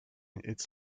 its